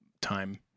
Time